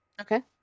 Okay